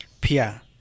Pia